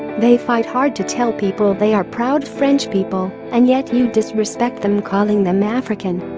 they fight hard to tell people they are proud french people and yet you disrespect them calling them african